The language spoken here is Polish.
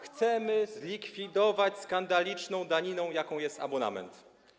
Chcemy zlikwidować skandaliczną daninę, jaką jest abonament.